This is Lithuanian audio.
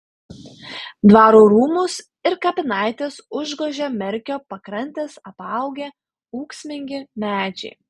dvaro rūmus ir kapinaites užgožia merkio pakrantes apaugę ūksmingi medžiai